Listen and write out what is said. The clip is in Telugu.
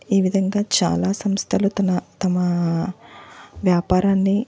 ఈ విధంగా చాలా సంస్థలు తన తమా వ్యాపారాన్ని